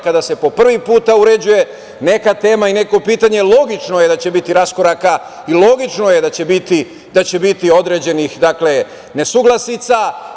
Kada se po prvi put uređuje neka tema, neko pitanje, logično je da će biti raskoraka i logično je da će biti određenih nesuglasica.